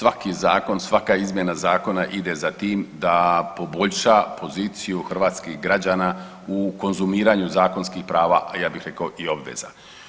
Svaki zakon, svaka izmjena zakona ide za tim da poboljša poziciju hrvatskih građana u konzumiranju zakonskih prava, a ja bih rekao i obveza.